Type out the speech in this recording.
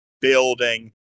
building